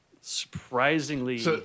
surprisingly